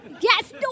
Yes